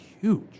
huge